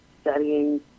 studying